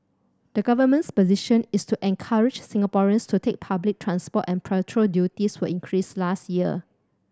the government's position is to encourage Singaporeans to take public transport and petrol duties were increased last year